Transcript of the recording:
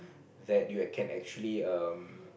that you can actually um